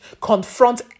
Confront